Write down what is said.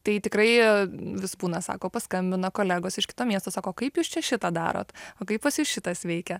tai tikrai vis būna sako paskambina kolegos iš kito miesto sako kaip jūs čia šitą darot o kaip pas jus šitas veikia